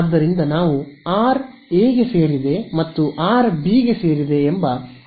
ಆದ್ದರಿಂದ ನಾವು r∈ಎ ಮತ್ತು r∈B ಎಂಬ ಎರಡು ಪ್ರಕರಣಗಳನ್ನು ತೆಗೆದುಕೊಳ್ಳೋಣ